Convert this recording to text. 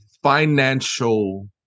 financial